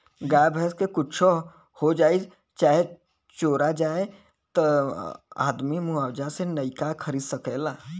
गाय भैंस क कुच्छो हो जाए चाहे चोरा जाए त आदमी मुआवजा से नइका खरीद सकेला